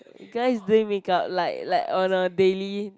guys doing make-up like like on a daily